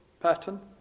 pattern